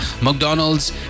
McDonald's